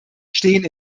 stehen